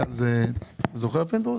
נכון.